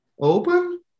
open